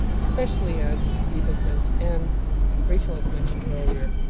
especially as steve has mentioned and rachel has mentioned earlier,